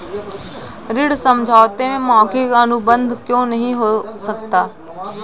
ऋण समझौते में मौखिक अनुबंध क्यों नहीं हो सकता?